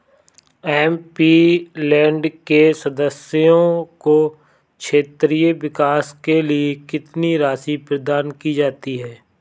MP land के सदस्यों को क्षेत्रीय विकास के लिए कितनी राशि प्रदान की जाती है?